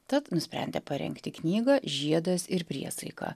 tad nusprendė parengti knygą žiedas ir priesaika